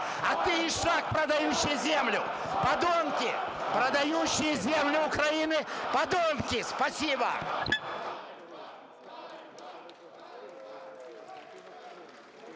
А ты – ишак, продающий землю. Подонки, продающие землю Украины, подонки! Спасибо.